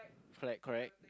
correct correct